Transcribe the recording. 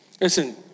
Listen